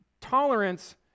Tolerance